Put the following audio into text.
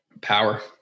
Power